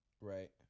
Right